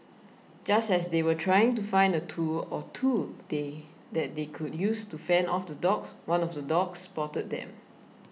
just as they were trying to find a tool or two they that they could use to fend off the dogs one of the dogs spotted them